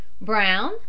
Brown